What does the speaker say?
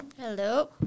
Hello